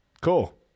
Cool